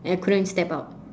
and I couldn't step out